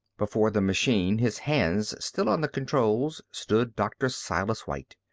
before the machine, his hands still on the controls, stood dr. silas white.